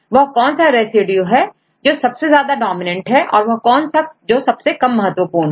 वह कौन सा रेसिड्यू है जो सबसे ज्यादा डोमिनेंट है कौन सा सबसे कम महत्वपूर्ण है